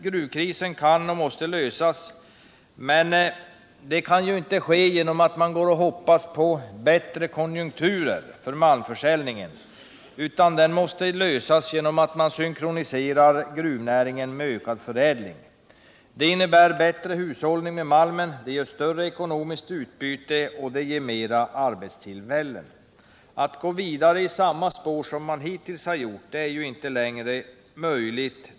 Gruvkrisen kan och måste lösas, men det kan inte ske genom att man går och hoppas på bättre konjunkturer för malmförsäljningen. För detta krävs i stället att man synkroniserar gruvnäringen med ökad förädling. Det innebär bättre hushållning med malmen, ger större ekonomiskt utbyte och mera arbetstillfällen. Att gå vidare i samma spår som man hittills har gjort är inte längre möjligt.